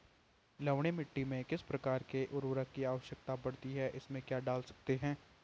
लवणीय मिट्टी में किस प्रकार के उर्वरक की आवश्यकता पड़ती है इसमें क्या डाल सकते हैं?